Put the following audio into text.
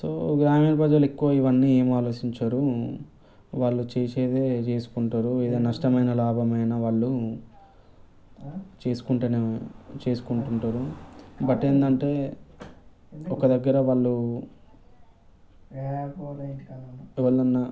so గ్రామీణ ప్రజలు ఎక్కువ ఇవన్నీ ఏం ఆలోచించరు వాళ్ళు చేసేదే చేసుకుంటారు ఏదైనా నష్టమైన లాభమైన వాళ్ళు చేసుకుంటేనే చేసుకుంటారు బట్ ఏందంటే ఒక దగ్గర వాళ్ళు ఎవర్నన